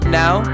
now